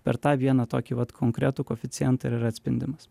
per tą vieną tokį vat konkretų koeficientą ir yra atspindimas